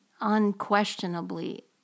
unquestionably